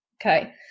okay